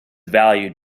valued